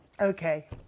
Okay